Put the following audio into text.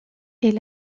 est